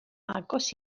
agos